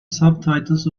subtitles